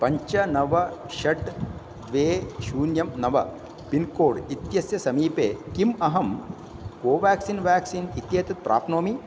पञ्च नव षट् द्वे शून्यं नव पिन्कोड् इत्यस्य समीपे किम् अहं कोवाक्सिन् व्याक्सीन् इत्येतत् प्राप्नोमि